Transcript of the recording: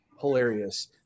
hilarious